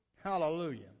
Hallelujah